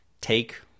take